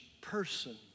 person